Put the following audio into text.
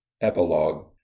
Epilogue